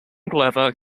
glover